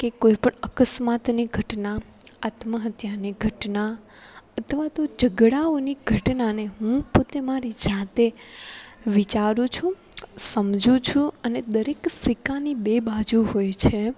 કે કોઈપણ અકસ્માતની ઘટના આત્મ હત્યાને ઘટના અથવા તો ઝઘડાઓની ઘટનાને હું પોતે મારી જાતે વિચારું છું સમજું છું અને દરેક સિક્કાની બે બાજુ હોય છે